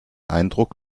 eindruck